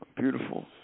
beautiful